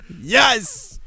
yes